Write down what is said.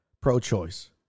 pro-choice